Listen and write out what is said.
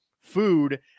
food